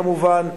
כמובן,